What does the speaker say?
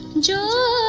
joe